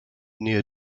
near